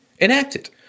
enacted